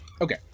Okay